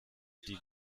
die